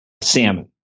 salmon